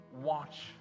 watch